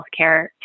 healthcare